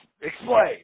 Explain